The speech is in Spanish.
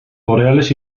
boreales